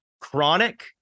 Chronic